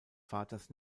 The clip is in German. vaters